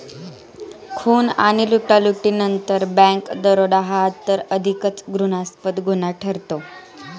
खून आणि लुटालुटीनंतर बँक दरोडा हा तर अधिकच घृणास्पद गुन्हा ठरतो